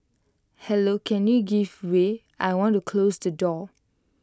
hello can you give way I want to close the door